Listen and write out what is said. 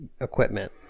equipment